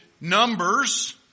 numbers